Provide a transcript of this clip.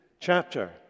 chapter